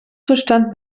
zustand